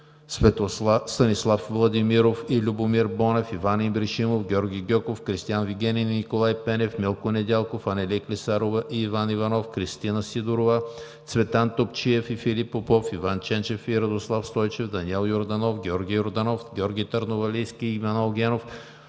Цветан Топчиев и Филип Попов; Иван Ченчев и Радослав Стойчев; Даниел Йорданов; Георги Йорданов, Георги Търновалийски и Манол Генов;